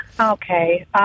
Okay